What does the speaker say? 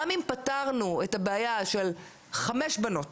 גם אם פתרנו את הבעיה של 5 בנות